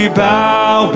bow